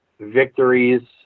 victories